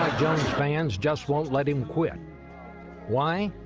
fans just won't let him quit why?